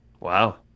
Wow